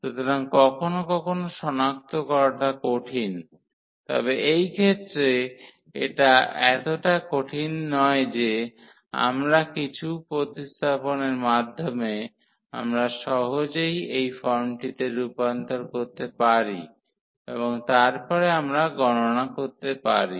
সুতরাং কখনও কখনও সনাক্ত করাটা কঠিন তবে এই ক্ষেত্রে এটা এতটা কঠিন নয় যে আমরা কিছু প্রতিস্থাপনের মাধ্যমে আমরা সহজেই এই ফর্মটিতে রূপান্তর করতে পারি এবং তারপরে আমরা গণনা করতে পারি